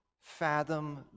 fathom